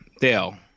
Dale